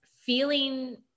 feeling